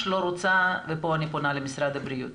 ופה אני פונה למשרד הבריאות,